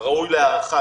ראוי להערכה.